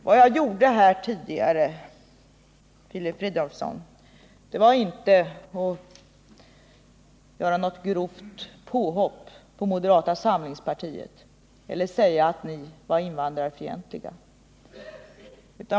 Vad jag sade här tidigare, Filip Fridolfsson, var inte avsett som ett grovt påhopp på moderata samlingspartiet eller som en beskyllning mot er för att vara invandrarfientliga.